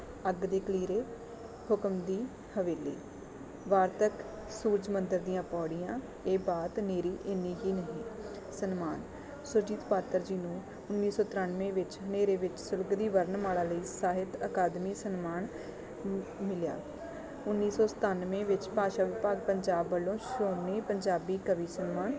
ਅੱਗ ਦੇ ਕਲੀਰੇ ਹੁਕਮ ਦੀ ਹਵੇਲੀ ਵਾਰਤਕ ਸੂਚ ਮੰਦਰ ਦੀਆਂ ਪੌੜੀਆਂ ਇਹ ਬਾਤ ਨੇਰੀ ਇੰਨੀ ਹੀ ਨਹੀਂ ਸਨਮਾਨ ਸੁਰਜੀਤ ਪਾਤਰ ਜੀ ਨੂੰ ਉੱਨੀ ਸੌ ਤ੍ਰਿਆਨਵੇਂ ਵਿੱਚ ਹਨੇਰੇ ਵਿੱਚ ਸੁਲਗਦੀ ਵਰਨਮਾਲਾ ਲਈ ਸਾਹਿਤ ਅਕਾਦਮੀ ਸਨਮਾਨ ਮ ਮਿਲਿਆ ਉੱਨੀ ਸੌ ਸਤਾਨਵੇਂ ਵਿੱਚ ਭਾਸ਼ਾ ਵਿਭਾਗ ਪੰਜਾਬ ਵੱਲੋਂ ਸ਼੍ਰੋਮਣੀ ਪੰਜਾਬੀ ਕਵੀ ਸਨਮਾਨ